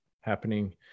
happening